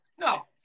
no